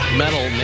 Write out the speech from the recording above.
metal